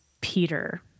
Peter